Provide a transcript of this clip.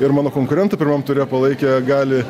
ir mano konkurento pirmam ture palaikę gali